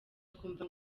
twumva